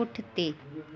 पुठिते